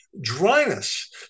dryness